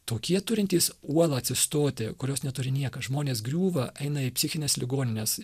tokie turintys uolą atsistoti kurios neturi niekas žmonės griūva eina į psichines ligonines